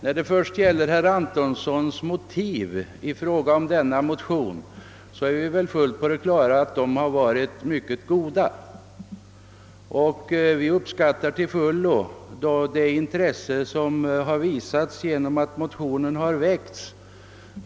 Vad gäller herr Antonssons motiv rörande denna motion så är vi på det klara med att de varit mycket goda, och vi uppskattar det intresse som har visats genom att motionen har väckts.